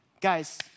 guys